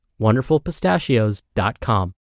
WonderfulPistachios.com